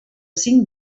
cinc